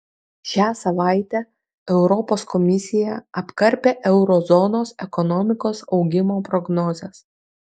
šią savaitę europos komisija apkarpė euro zonos ekonomikos augimo prognozes